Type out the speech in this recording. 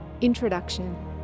Introduction